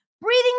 breathing